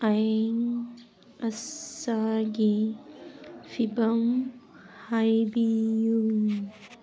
ꯑꯏꯪ ꯑꯁꯥꯒꯤ ꯐꯤꯚꯝ ꯍꯥꯏꯕꯤꯌꯨ